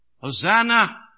Hosanna